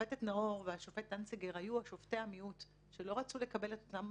השופטת נאור והשופט דנציגר היו שופטי המיעוט שלא רצו לקבל את אותן